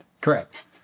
Correct